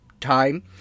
time